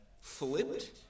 flipped